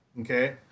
Okay